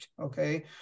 okay